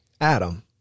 Adam